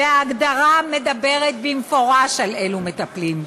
וההגדרה מדברת במפורש על אילו מטפלים.